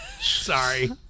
Sorry